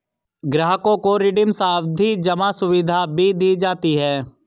ग्राहकों को रिडीम सावधी जमा सुविधा भी दी जाती है